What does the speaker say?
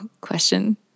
question